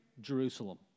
Jerusalem